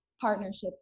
partnerships